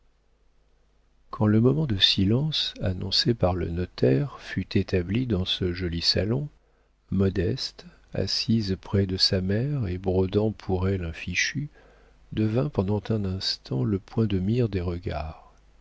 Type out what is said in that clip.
quand le moment de silence annoncé par le notaire fut établi dans ce joli salon modeste assise près de sa mère et brodant pour elle un fichu devint pendant un instant le point de mire des regards